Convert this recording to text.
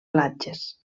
platges